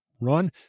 run